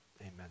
amen